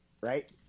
right